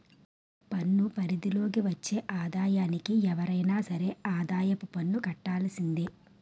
పన్ను పరిధి లోకి వచ్చే ఆదాయానికి ఎవరైనా సరే ఆదాయపు కట్టవలసిందే